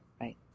right